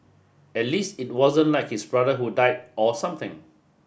at least it wasn't like his brother who died or something